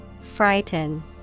Frighten